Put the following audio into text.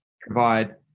provide